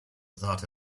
without